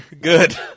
Good